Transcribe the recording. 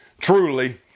truly